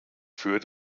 für